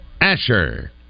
Asher